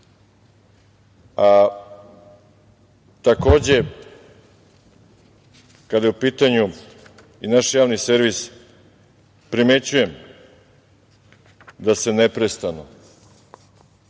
problem. Takođe, kada je u pitanju i naš javni servis, primećujem da se neprestano